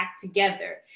together